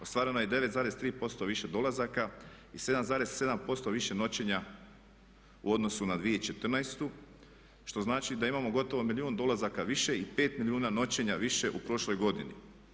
Ostvareno je 9,3% više dolazaka i 7,7% više noćenja u odnosu na 2014. što znači da imamo gotovo milijun dolazaka više i 5 milijuna noćenja više u prošloj godini.